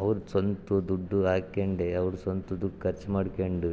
ಅವರ್ದು ಸ್ವಂತ ದುಡ್ದು ಹಾಕ್ಕಂಡೇ ಅವ್ರ ಸ್ವಂತ ದುಡ್ಡು ಖರ್ಚು ಮಾಡ್ಕಂಡು